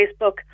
Facebook